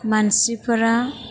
मानसिफोरा